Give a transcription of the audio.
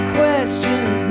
questions